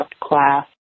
class